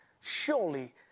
Surely